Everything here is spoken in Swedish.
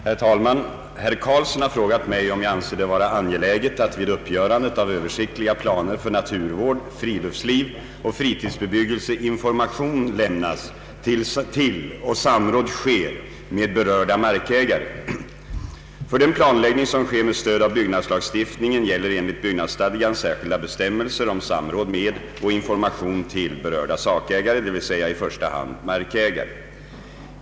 Herr talman! Herr Carlsson har frågat mig om jag anser det vara angeläget att vid uppgörandet av översiktliga planer för naturvård, friluftsliv och fritidsbebyggelse information lämnas till och samråd sker med berörda markägare. För den planläggning som sker med stöd av byggnadslagstiftningen gäller enligt byggnadsstadgan särskilda bestämmelser om samråd med och information till berörda sakägare, d. v. s. i första hand markägare.